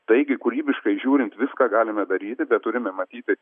taigi kūrybiškai žiūrint viską galime daryti bet turime matyti